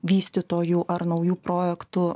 vystytojų ar naujų projektų